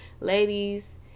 ladies